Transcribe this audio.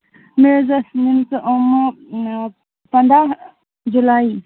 مےٚ حظ ٲسۍ نِمژٕ آن لا پَنٛداہ جُلاٮٔی